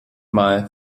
mal